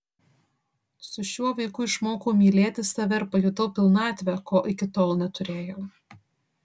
su šiuo vaiku išmokau mylėti save ir pajutau pilnatvę ko iki tol neturėjau